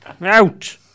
Out